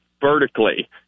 vertically